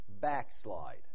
backslide